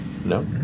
No